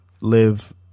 live